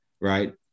right